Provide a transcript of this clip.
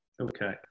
Okay